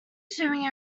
swimming